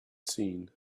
seen